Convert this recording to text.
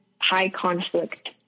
high-conflict